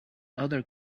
other